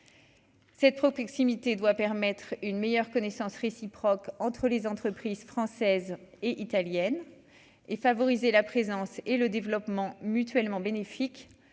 Cette proximité doit permettre une meilleure connaissance réciproque entre les entreprises françaises et italiennes et favoriser la présence et le développement mutuellement bénéfique